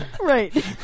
Right